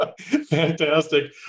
Fantastic